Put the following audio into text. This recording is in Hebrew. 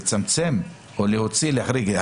לצמצם או להוציא או להחריג.